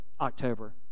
October